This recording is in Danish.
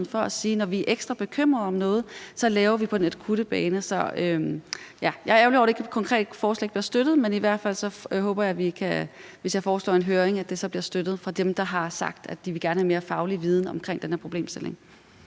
for, når vi er ekstra bekymrede for noget, at sige, at så laver vi det på den akutte bane. Så jeg er ærgerlig over, at det konkrete forslag ikke bliver støttet, men i hvert fald håber jeg, at hvis jeg foreslår en høring, bliver det støttet af dem, der har sagt, at de gerne vil have mere faglig viden omkring den her problemstilling.